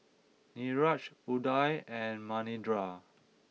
Niraj Udai and Manindra